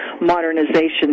Modernization